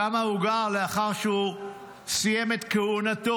ששם הוא גר לאחר שהוא סיים את כהונתו,